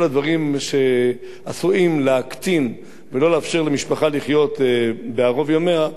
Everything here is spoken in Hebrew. הדברים שעשויים להקטין ולא לאפשר למשפחה לחיות בערוב ימיה,